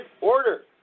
order